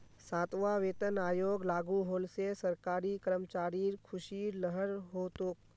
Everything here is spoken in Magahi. सातवां वेतन आयोग लागू होल से सरकारी कर्मचारिर ख़ुशीर लहर हो तोक